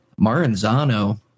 Maranzano